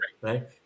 right